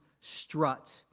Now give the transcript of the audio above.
strut